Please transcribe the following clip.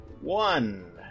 one